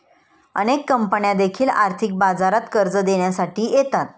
अनेक कंपन्या देखील आर्थिक बाजारात कर्ज देण्यासाठी येतात